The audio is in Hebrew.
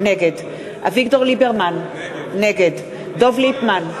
נגד אביגדור ליברמן, נגד דב ליפמן,